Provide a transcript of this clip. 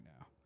now